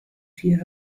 vier